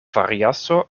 variaso